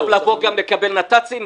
עכשיו לבוא וגם לקבל גישה לנת"צים?